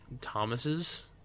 Thomas's